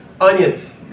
onions